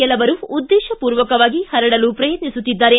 ಕೆಲವರು ಉದ್ದೇಶ ಪೂರ್ವಕವಾಗಿ ಪರಡಲು ಪ್ರಯತ್ನಿಸುತ್ತಿದ್ದಾರೆ